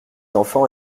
enfants